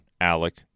alec